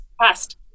past